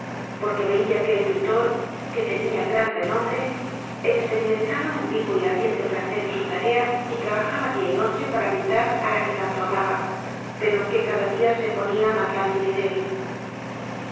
porque veía que el pintor que tenía g r a n renombre experimentaba u n vivo y ardiente placer en su tarea y trabajaba día y noche p a r a pintar á la que tanto amaba pero que cada día se ponía más lánguida y débil